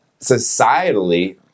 societally